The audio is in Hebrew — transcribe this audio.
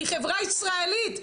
היא חברה ישראלית,